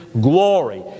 glory